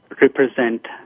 represent